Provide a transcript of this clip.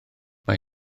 mae